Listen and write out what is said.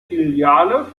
filiale